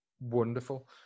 wonderful